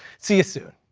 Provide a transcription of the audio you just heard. see you soon.